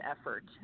effort